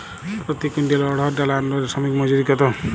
প্রতি কুইন্টল অড়হর ডাল আনলোডে শ্রমিক মজুরি কত?